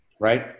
Right